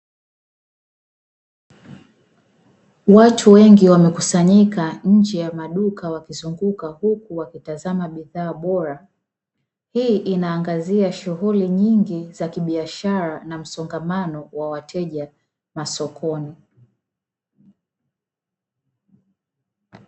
Watu wengi wamekusanyika nje ya maduka wakizunguka huku wakitazama bidhaa bora, hii inaangazia shughuli nyingi za kibiashara na msongamano wa wateja masokoni.